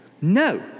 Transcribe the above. No